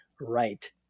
right